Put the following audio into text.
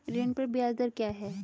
ऋण पर ब्याज दर क्या है?